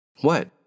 What